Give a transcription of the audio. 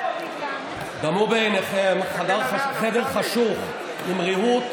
דמו בעיניכם חדר חשוך עם ריהוט,